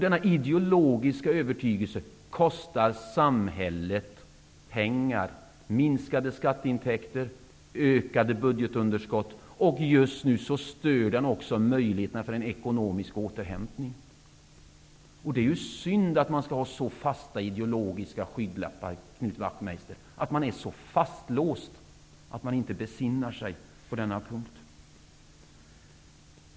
Denna ideologiska övertygelse kostar samhället pengar: minskade skatteintäkter och ökade budgetunderskott. Just nu stör den också möjligheterna för en ekonomisk återhämtning. Det är ju synd att man skall ha så fasta ideologiska skygglappar, Knut Wachtmeister, att man inte besinnar sig på denna punkt.